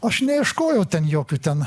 aš neieškojau ten jokių ten